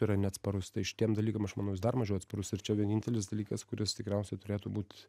yra neatsparus tai šitiem dalykam aš manau jis dar mažiau atsparus ir čia vienintelis dalykas kuris tikriausiai turėtų būt